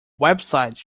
websites